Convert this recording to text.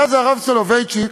הרב סולובייצ'יק